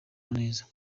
neza